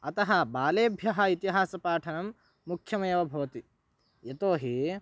अतः बालेभ्यः इतिहासपाठनं मुख्यमेव भवति यतोहि